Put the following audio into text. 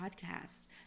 podcast